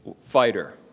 fighter